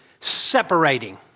separating